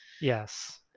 yes